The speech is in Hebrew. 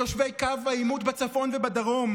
בתושבי קו העימות בצפון ובדרום,